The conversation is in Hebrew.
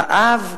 רעב?